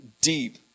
deep